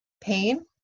pain